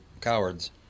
cowards